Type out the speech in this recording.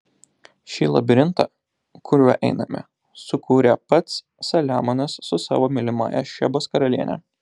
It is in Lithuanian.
šį labirintą kuriuo einame sukūrė pats saliamonas su savo mylimąja šebos karaliene